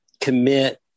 commit